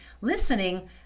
listening